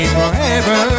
forever